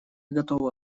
готовы